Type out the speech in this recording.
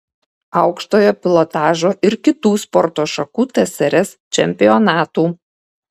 aukštojo pilotažo ir kitų sporto šakų tsrs čempionatų